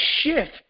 shift